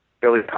Billy